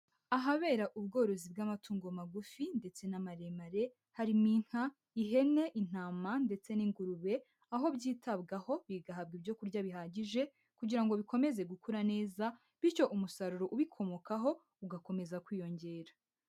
Ahabera ubworozi bw'amatungo magufi ndetse n'amaremare harimo: inka, ihene, intama ndetse n'ingurube, aho byitabwaho bigahabwa ibyo kurya bihagije kugira ngo bikomeze gukura neza bityo umusaruro ubikomokaho ugakomeza kwiyongera.